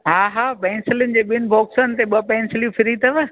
हा हा पेन्सिलून ॼे ॿिनि बॉक्सन ते ॿ पेन्सिलू फ्री अथव